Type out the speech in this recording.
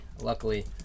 luckily